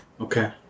Okay